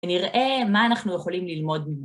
ונראה מה אנחנו יכולים ללמוד ממנו.